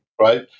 right